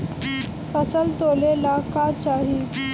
फसल तौले ला का चाही?